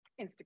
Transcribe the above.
Instagram